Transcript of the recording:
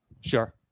Sure